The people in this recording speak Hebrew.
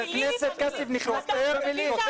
מותר לו להגיד פשיסטים,